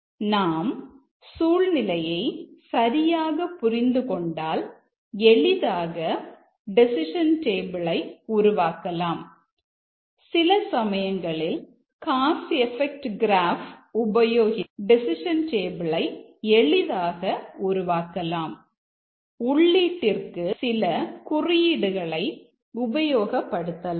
நாம் டெசிஷன் டேபிளை உருவாக்கலாம்